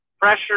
pressure